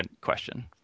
question